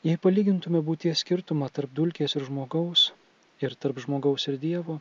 jei palygintume būties skirtumą tarp dulkės ir žmogaus ir tarp žmogaus ir dievo